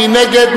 מי נגד?